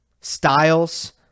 styles